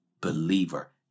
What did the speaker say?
believer